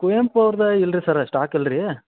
ಕುವೆಂಪು ಅವ್ರ್ದು ಇಲ್ಲ ರೀ ಸರ್ರ ಸ್ಟಾಕ್ ಇಲ್ಲ ರೀ